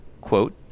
quote